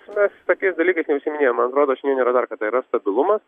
mes pačiais dalykais neužsiiminėjam man atrodo šiandien yra dar kad tai yra stabilumas